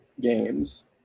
games